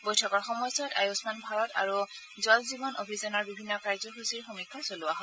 বৈঠকৰ সময়চোৱাত আয়ষমান ভাৰত আৰু জল জীৱন অভিযানৰ বিভিন্ন কাৰ্যসূচীৰো সমীক্ষা চলোৱা হয়